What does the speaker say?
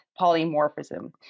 polymorphism